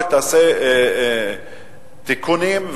תעשה תיקונים,